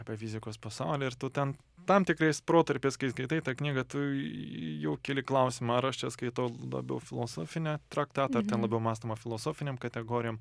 apie fizikos pasaulį ir tu ten tam tikrais protarpiais kai skaitai tą knygą tu jau keli klausimą ar aš čia skaitau labiau filosofinę traktatą ar ten labiau mąstoma filosofinėm kategorijom